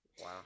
Wow